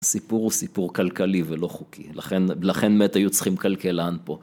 הסיפור הוא סיפור כלכלי ולא חוקי, לכן באמת היו צריכים כלכלן פה.